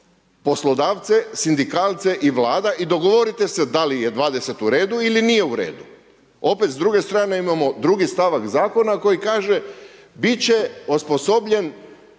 poslodavca, sindikalce i Vlada i dogovorite se da li je 20 u redu ili nije u redu. Opet s druge strane imamo drugi stavak zakona koji kaže biti će osposobljen